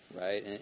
right